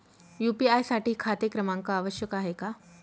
UPI साठी खाते क्रमांक आवश्यक आहे का?